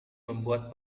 membuat